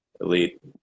Elite